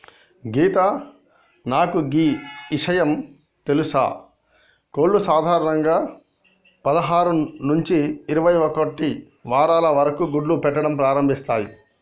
సీత నాకు గీ ఇషయం తెలుసా కోళ్లు సాధారణంగా పదహారు నుంచి ఇరవై ఒక్కటి వారాల వరకు గుడ్లు పెట్టడం ప్రారంభిస్తాయి